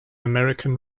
american